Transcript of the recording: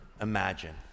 imagine